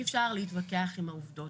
אי אפשר להתווכח עם העובדות.